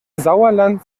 sauerland